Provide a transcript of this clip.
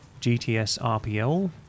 gtsrpl